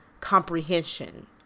comprehension